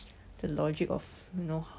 the logic of you know